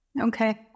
Okay